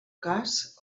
cas